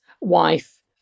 wife